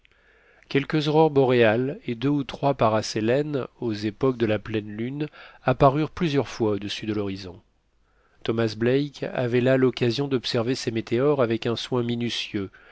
quelques aurores boréales et deux ou trois parasélènes aux époques de la pleine lune apparurent plusieurs fois au-dessus de l'horizon thomas black avait là l'occasion d'observer ces météores avec un soin minutieux